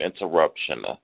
interruption